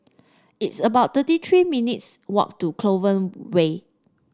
it's about thirty three minutes' walk to Clover Way